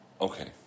Okay